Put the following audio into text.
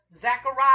Zachariah